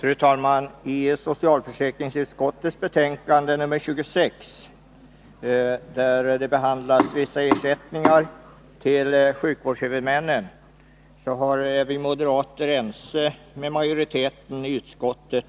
Fru talman! I socialförsäkringsutskottets betänkande nr 26 behandlas vissa ersättningar till sjukvårdshuvudmännen. Vi moderater är ense med utskottsmajoriteten